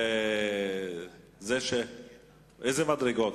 איזה מדרגות?